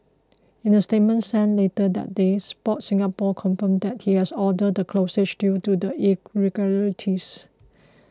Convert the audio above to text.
in a statement sent later that day Sport Singapore confirmed that it has ordered the closure due to the irregularities